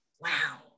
wow